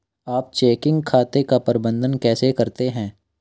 आप चेकिंग खाते का प्रबंधन कैसे करते हैं?